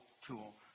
tool